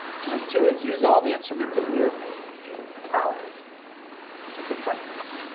and then two is use all the instruments of your power to confront this.